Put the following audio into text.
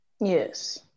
Yes